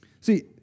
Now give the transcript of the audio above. See